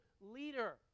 leader